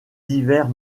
divers